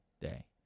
day